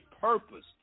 purpose